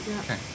okay